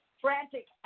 frantic